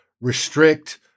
restrict